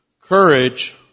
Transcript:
courage